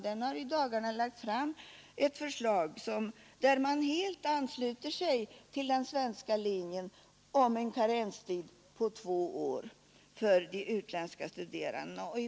Den har i dagarna lagt fram ett förslag där man helt ansluter sig till den svenska linjen med en karenstid på två år för utländska studerande.